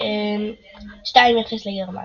0–2 לגרמניה.